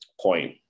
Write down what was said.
point